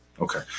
Okay